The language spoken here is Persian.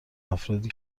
افرادی